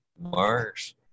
Mars